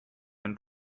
than